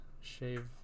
shave